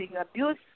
abuse